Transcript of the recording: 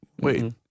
wait